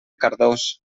cardós